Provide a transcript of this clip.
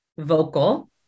Vocal